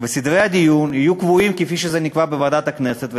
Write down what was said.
וסדרי הדיון יהיו כפי שנקבע בוועדת הכנסת,